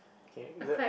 okay is it